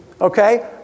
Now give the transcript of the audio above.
Okay